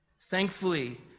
Thankfully